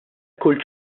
kull